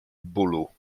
bólu